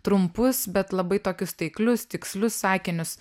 trumpus bet labai tokius taiklius tikslius sakinius